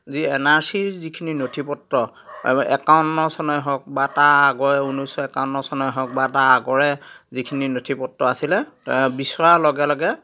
যি এন আৰ চিৰ যিখিনি নথি পত্ৰ একাৱন্ন চনৰে হওক বা তাৰ আগৰে ঊনৈছশ একাৱন্ন চনৰে হওক বা তাৰ আগৰে যিখিনি নথি পত্ৰ আছিলে বিচৰাৰ লগে লগে